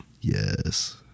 Yes